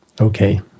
Okay